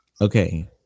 Okay